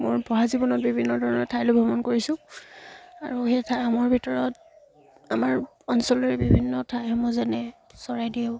মোৰ পঢ়া জীৱনত বিভিন্ন ধৰণৰ ঠাইলৈ ভ্ৰমণ কৰিছোঁ আৰু সেই ঠাইসমূহৰ ভিতৰত আমাৰ অঞ্চলৰে বিভিন্ন ঠাইসমূহ যেনে চৰাইদেউ